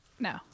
No